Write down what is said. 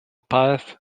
path